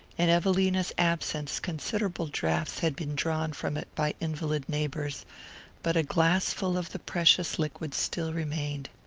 in evelina's absence considerable draughts had been drawn from it by invalid neighbours but a glassful of the precious liquid still remained.